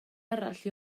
arall